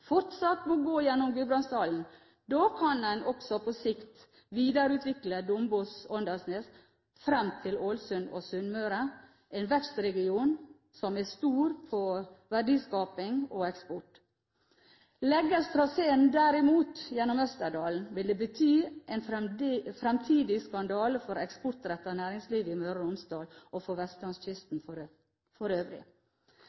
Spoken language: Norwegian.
fortsatt må gå gjennom Gudbrandsdalen. Da kan en også på sikt videreutvikle Dombås–Åndalsnes fram til Ålesund og Sunnmøre – en vekstregion som er stor på verdiskaping og eksport. Legges traseen derimot gjennom Østerdalen, vil det bety en fremtidig skandale for eksportrettet næringsliv i Møre og Romsdal og for